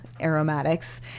aromatics